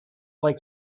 like